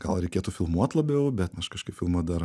gal reikėtų filmuot labiau bet aš kažkaip filmuot dar